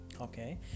Okay